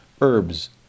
herbs